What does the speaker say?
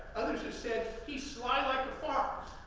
others have said, he's sly like a fox.